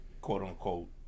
quote-unquote